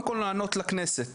לענות לכנסת